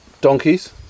donkeys